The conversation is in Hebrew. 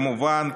כמובן,